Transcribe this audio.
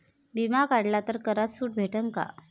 बिमा काढला तर करात सूट भेटन काय?